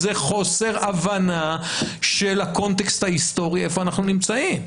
זה חוסר הבנה של הקונטקסט ההיסטורי איפה אנחנו נמצאים.